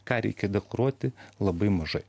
ką reikia deklaruoti labai mažai